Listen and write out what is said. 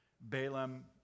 Balaam